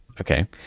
okay